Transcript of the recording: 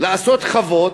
לעשות חוות,